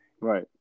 Right